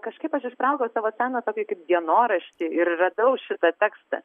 kažkaip aš ištraukiau savo seną tokį kaip dienoraštį ir radau šitą tekstą